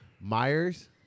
Myers